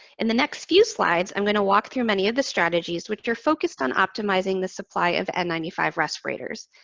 in the next few slides, i'm going to walk through many of the strategies, which are focused on optimizing the supply of n nine five respirators,